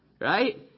Right